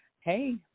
hey